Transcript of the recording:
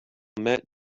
met